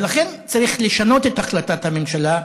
ולכן צריך לשנות את החלטת הממשלה,